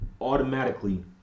automatically